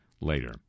later